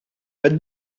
but